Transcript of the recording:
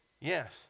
Yes